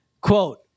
quote